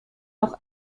noch